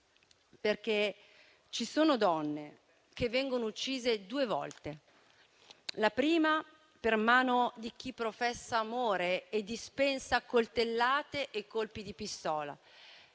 Ci sono donne che vengono uccise due volte: la prima per mano di chi professa amore e dispensa coltellate e colpi di pistola,